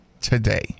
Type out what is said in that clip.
Today